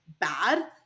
bad